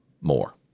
more